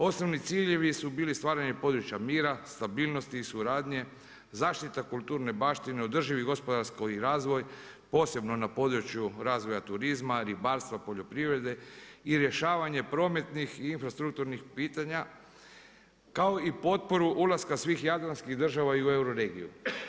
Osnovni ciljevi su bili stvaranje područja mira, stabilnosti i suradnje, zaštita kulturne baštine, održvi gospodarski razvoj posebno na području razvoja turizma, ribarstva, poljoprivrede i rješavanje prometnih i infrastrukturnih primjera kao i potporu ulaska svih jadranskih država i u euroregiju.